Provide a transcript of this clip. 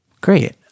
Great